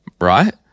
right